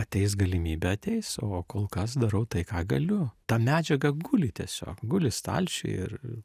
ateis galimybė ateis o kol kas darau tai ką galiu ta medžiaga guli tiesiog guli stalčiuj ir